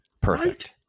perfect